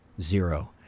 zero